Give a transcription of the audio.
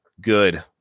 good